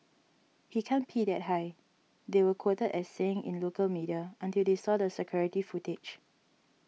he can't pee that high they were quoted as saying in local media until they saw the security footage